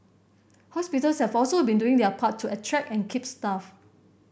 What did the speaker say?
hospitals have also been doing their part to attract and keep staff